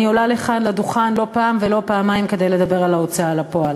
אני עליתי לכאן לדוכן לא פעם ולא פעמיים כדי לדבר על ההוצאה לפועל.